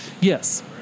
Yes